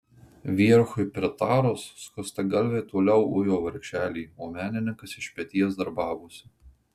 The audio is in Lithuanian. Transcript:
vierchui pritarus skustagalviai toliau ujo vargšelį o menininkas iš peties darbavosi